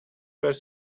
were